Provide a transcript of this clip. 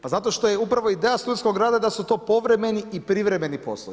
Pa zato što je upravo ideja studentskog rada da su to povremeni i privremeni poslovi.